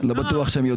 הוא לא מנהל את המדינה,